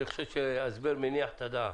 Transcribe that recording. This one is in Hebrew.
ההסבר מניח את הדעת.